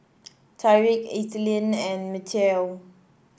Tyrik Ethelyn and Mateo